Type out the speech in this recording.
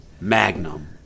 Magnum